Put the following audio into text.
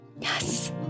Yes